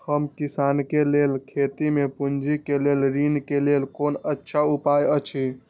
हम किसानके लेल खेती में पुंजी के लेल ऋण के लेल कोन अच्छा उपाय अछि?